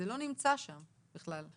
זה לא נמצא שם בכלל.